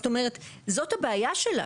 זאת אומרת, זאת הבעיה שלנו.